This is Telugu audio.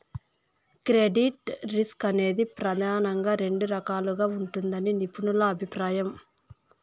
క్రెడిట్ రిస్క్ అనేది ప్రెదానంగా రెండు రకాలుగా ఉంటదని నిపుణుల అభిప్రాయం